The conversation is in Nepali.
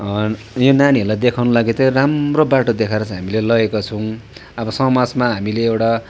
यहाँ नानीहरूलाई देखाउन लागि चाहिँ राम्रो बाटो देखाएर चाहिँ हामीले लगेका छौँ अब समाजमा हामीले एउटा